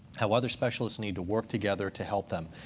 how other specialists, need to work together to help them.